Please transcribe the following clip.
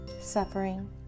suffering